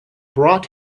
brought